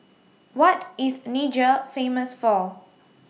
What IS Niger Famous For